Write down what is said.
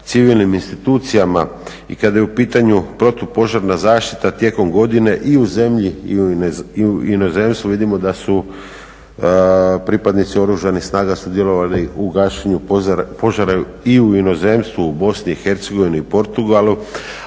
civilnim institucijama i kada je u pitanju protupožarna zaštita tijekom godine i u zemlji i u inozemstvu vidimo da su pripadnici oružanih snaga sudjelovali u gašenju požara i u inozemstvu, u Bosni i Hercegovini i Portugalu